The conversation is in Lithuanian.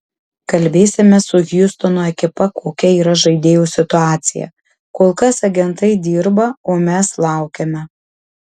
kalbėsime su hjustono ekipa kokia yra žaidėjo situacija kol kas agentai dirba o mes laukiame